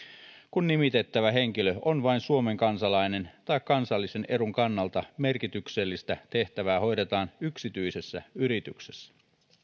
kun nimitettävä henkilö on vain suomen kansalainen tai kansallisen edun kannalta merkityksellistä tehtävää hoidetaan yksityisessä yrityksessä